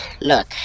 Look